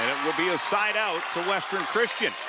will be a side out to western christian.